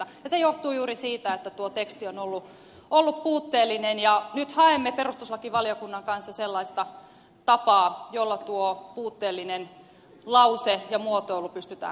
se johtuu juuri siitä että tuo teksti on ollut puutteellinen ja nyt haemme perustuslakivaliokunnan kanssa sellaista tapaa jolla tuo puutteellinen lause ja muotoilu pystytään korjaamaan